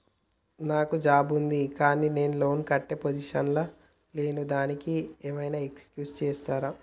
నాకు జాబ్ ఉంది కానీ నేను లోన్ కట్టే పొజిషన్ లా లేను దానికి ఏం ఐనా ఎక్స్క్యూజ్ చేస్తరా?